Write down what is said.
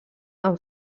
amb